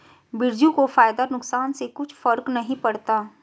बिरजू को फायदा नुकसान से कुछ फर्क नहीं पड़ता